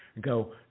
go